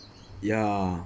ya